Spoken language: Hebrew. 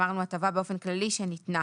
אמרנו הטבה באופן כללי שניתנה